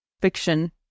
fiction